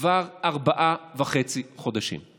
כבר ארבעה חודשים וחצי,